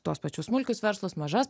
tuos pačius smulkius verslus mažas